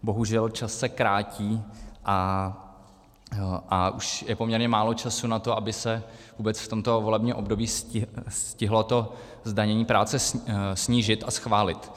Bohužel čas se krátí a už je poměrně málo času na to, aby se vůbec v tomto volebním období stihlo to zdanění práce snížit a schválit.